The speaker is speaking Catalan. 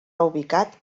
ubicat